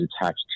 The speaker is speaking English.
attached